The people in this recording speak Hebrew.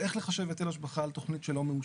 איך לחשב היטל השבחה על תכנית שלא מאושרת?